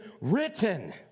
written